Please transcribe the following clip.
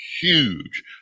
huge